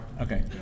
Okay